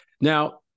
Now